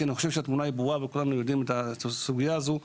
אני חושב שהתמונה ברורה וכולנו יודעים את הסוגיה הזו.